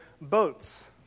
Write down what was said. boats